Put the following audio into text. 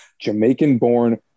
Jamaican-born